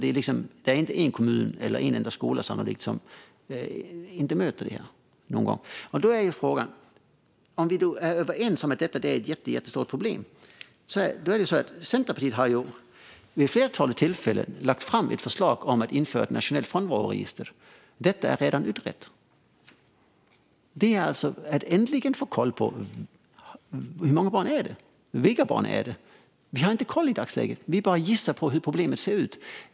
Det är sannolikt inte någon kommun eller någon enda skola som inte möter detta någon gång. Vi kan väl vara överens om att detta är ett jättestort problem. Och Centerpartiet har vid ett flertal tillfällen lagt fram ett förslag om att införa ett nationellt frånvaroregister. Detta är redan utrett. Med det skulle vi äntligen få koll på hur många det är och vilka barn det är. Vi har inte koll i dagsläget; vi bara gissar hur problemet ser ut.